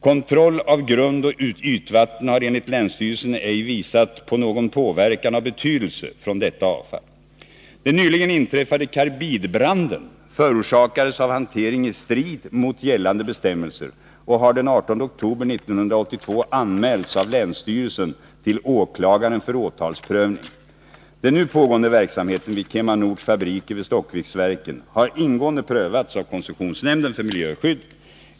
Kontroll av grundoch ytvatten har enligt länsstyrelsen ej visat på någon påverkan av betydelse från detta avfall. Den nyligen inträffade karbidbranden förorsakades av hantering i strid mot gällande bestämmelser och har den 18 oktober 1982 anmälts av länsstyrelsen till åklagaren för åtalsprövning. Den nu pågående verksamheten vid KemaNords fabriker vid Stockviksverken har ingående prövats av koncessionsnämnden för miljöskydd.